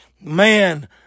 man